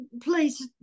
please